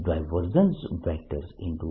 A A